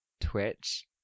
Twitch